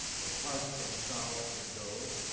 or parts of the south would go.